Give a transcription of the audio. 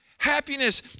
Happiness